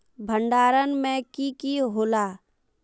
भण्डारण में की की होला?